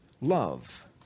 love